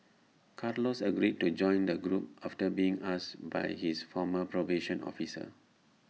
Carlos agreed to join the group after being asked by his former probation officer